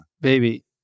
baby